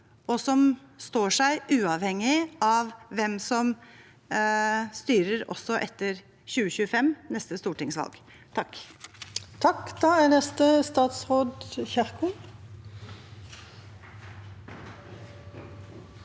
og som står seg uavhengig av hvem som styrer, også etter 2025, neste stortingsvalg.